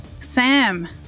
Sam